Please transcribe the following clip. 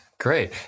Great